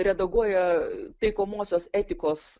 redaguoja taikomosios etikos